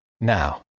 Now